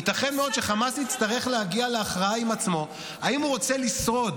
ייתכן מאוד שחמאס יצטרך להגיע להכרעה עם עצמו אם הוא רוצה לשרוד